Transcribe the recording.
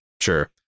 Sure